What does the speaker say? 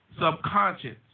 subconscious